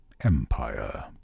empire